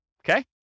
okay